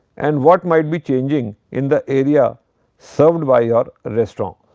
and what might be changing in the area served by your restaurant.